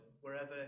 wherever